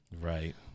right